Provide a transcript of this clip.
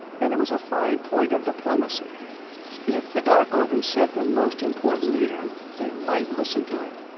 and it was a fine point of diplomacy if the darkovans sent their most important leader, they might listen to him.